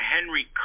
Henry